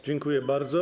Dziękuję bardzo.